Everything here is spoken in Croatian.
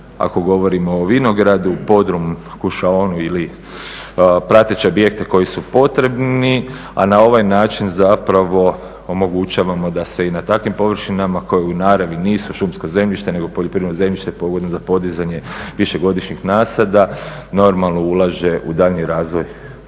ako govorimo o vinogradu podrum, kušaonu ili prateće objekte koji su potrebni a na ovaj način zapravo omogućavamo da se i na takvim površinama koje u naravi nisu šumsko zemljište nego poljoprivredno zemljište pogodno za podizanje višegodišnjih nasada normalno ulaže u daljnji razvoj